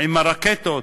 עם הרקטות